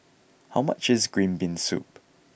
how much is green bean soup